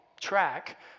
track